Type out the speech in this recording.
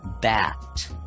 bat